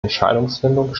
entscheidungsfindung